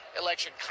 election